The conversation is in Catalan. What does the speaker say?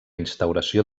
instauració